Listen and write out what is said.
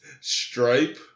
stripe